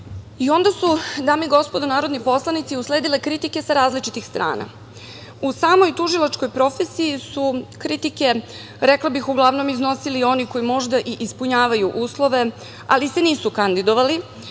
Vlada ovlašćeni predlagač. Onda su usledile kritike sa različitih strana. U samoj tužilačkoj profesiji su kritike, rekla bih, uglavnom iznosili oni koji možda i ispunjavaju uslove, ali se nisu kandidovali,